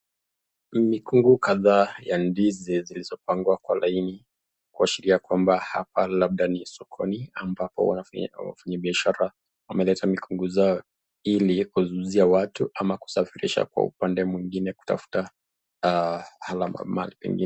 Mikungu kadhaa ya ndizi zilizo pagwa kwa laini kuashiria kwamba hapa labda ni sokoni ambako wanabiashara wameleta mikungu zao ili kuziuzia watu ama kusafirisha kwa upande mwingine kutafuta hela mali kwingine.